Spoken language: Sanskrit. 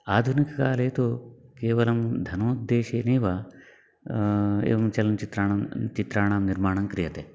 आधुनिककाले तु केवलं धनोद्देशेनैव एवं चलनचित्राणां चित्राणां निर्माणं क्रियते